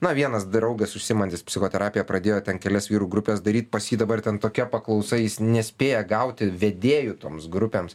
na vienas draugas užsiimantis psichoterapija pradėjo ten kelias vyrų grupes daryt pas jį dabar ten tokia paklausa jis nespėja gauti vedėjų toms grupėms